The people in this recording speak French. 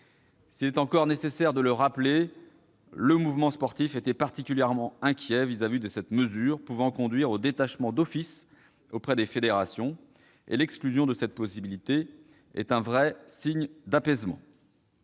S'il est encore nécessaire de le rappeler, le mouvement sportif était particulièrement inquiet par rapport à cette mesure pouvant conduire au détachement d'office auprès des fédérations. L'exclusion de cette possibilité est un vrai signe d'apaisement.